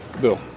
Bill